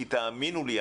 כי תאמינו לי,